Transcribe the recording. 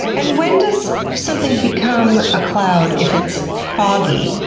and when does something become a cloud if it's foggy?